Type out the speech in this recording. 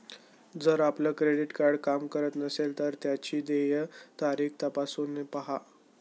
जर आपलं credit card काम करत नसेल तर त्याची देय तारीख तपासून पाहा